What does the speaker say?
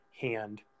hand